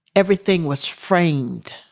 everything was framed.